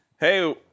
hey